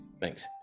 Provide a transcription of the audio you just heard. Thanks